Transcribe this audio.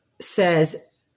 says